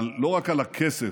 לא רק על הכסף,